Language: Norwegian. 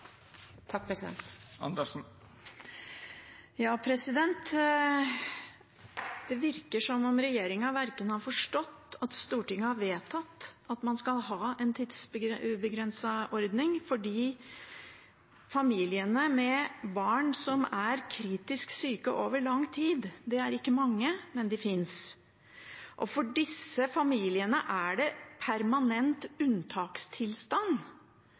Det virker som om regjeringen ikke har forstått at Stortinget har vedtatt at man skal ha en tidsubegrenset ordning. For familiene med barn som er kritisk syke over lang tid – det er ikke mange, men de finnes – er det nemlig en permanent unntakstilstand.